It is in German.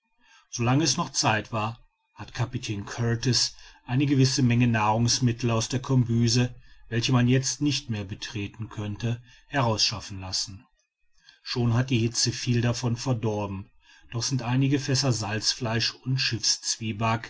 lange es noch zeit war hat kapitän kurtis eine gewisse menge nahrungsmittel aus der kombüse welche man jetzt nicht mehr betreten könnte herausschaffen lassen schon hat die hitze viel davon verdorben doch sind einige fässer salzfleisch und